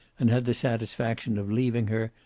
and had the satisfaction of leaving her,